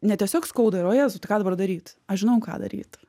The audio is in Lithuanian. ne tiesiog skauda ir o jėzau tai ką dabar daryt aš žinau ką daryt